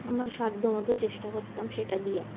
আমার সাধ্য মতো চেষ্টা করতাম সেটা দিয়ে